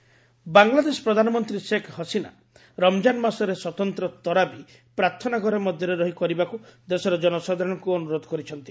shake Hasina appeal Bangladesh ପ୍ରଧାନମନ୍ତ୍ରୀ ଶେକ୍ ହସିନା ରମ୍ଜାନ୍ ମାସରେ ସ୍ୱତନ୍ତ୍ର ତରାବି ପ୍ରାର୍ଥନା ଘର ମଧ୍ୟରେ ରହି କରିବାକୁ ଦେଶର ଜନସାଧାରଣଙ୍କୁ ଅନୁରୋଧ କରିଛନ୍ତି